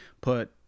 put